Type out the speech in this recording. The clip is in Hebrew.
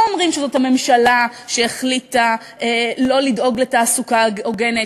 לא אומרים שזאת הממשלה שהחליטה לא לדאוג לתעסוקה הוגנת,